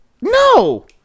no